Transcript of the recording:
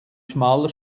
schmaler